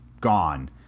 gone